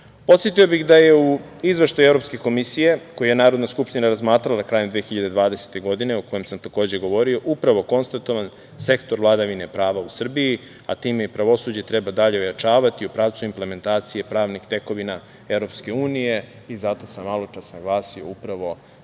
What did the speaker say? Podsetio bih da je u izveštaju Evropske komisije koji je Narodna skupština razmatrala krajem 2020. godine o kojem sam takođe govorio, upravo konstatovan sektor vladavine prava u Srbiji, a time i pravosuđe treba dalje ojačavati u pravcu implementacije pravnih tekovina EU i zato sam maločas naglasio upravo